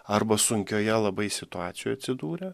arba sunkioje labai situacijoj atsidūrę